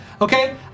Okay